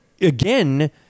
again